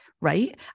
right